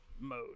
mode